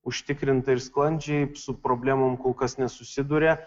užtikrintai ir sklandžiai su problemom kol kas nesusiduria